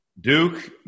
Duke